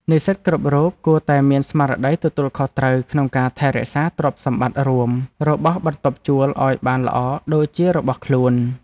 និស្សិតគ្រប់រូបគួរតែមានស្មារតីទទួលខុសត្រូវក្នុងការថែរក្សាទ្រព្យសម្បត្តិរួមរបស់បន្ទប់ជួលឱ្យបានល្អដូចជារបស់ខ្លួន។